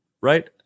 Right